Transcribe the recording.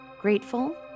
grateful